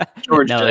George